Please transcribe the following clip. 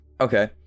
okay